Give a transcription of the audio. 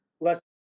less